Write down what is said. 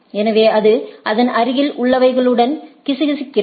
எனவே அது அதன் அருகில் உள்ளவைகளுடன் கிசுகிசுக்கிறது